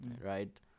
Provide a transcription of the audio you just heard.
Right